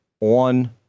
on